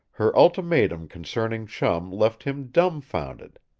her ultimatum concerning chum left him dumfounded.